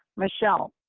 michelle,